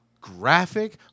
graphic